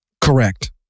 Correct